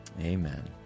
Amen